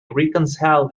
reconcile